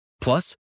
Plus